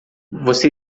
você